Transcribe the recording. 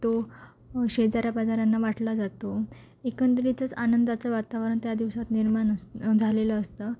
तो शेजाऱ्यापाजऱ्यांना वाटला जातो एकंदरीतच आनंदाचं वातावरण त्या दिवसात निर्माण असं झालेलं असतं